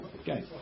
Okay